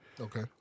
Okay